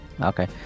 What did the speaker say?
Okay